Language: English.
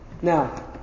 Now